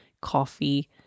coffee